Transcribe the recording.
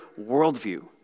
worldview